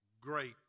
great